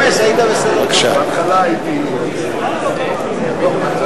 בבקשה, אדוני.